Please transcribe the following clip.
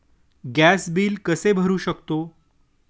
Gas bill कसे भरू शकतो?